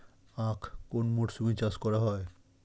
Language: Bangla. আখ কোন মরশুমে চাষ করা হয়?